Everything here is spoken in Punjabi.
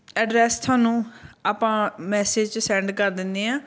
ਐਡਰੈਸ ਤੁਹਾਨੂੰ ਆਪਾਂ ਮੈਸੇਜ 'ਚ ਸੈਂਡ ਕਰ ਦਿੰਦੇ ਹਾਂ